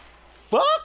fuck